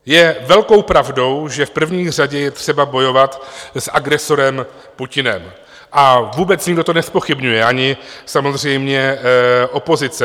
Je velkou pravdou, že v první řadě je třeba bojovat s agresorem Putinem, a vůbec nikdo to nezpochybňuje, ani samozřejmě opozice.